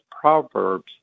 Proverbs